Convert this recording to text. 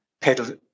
pedal